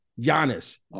Giannis